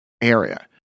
area